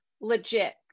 legit